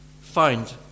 find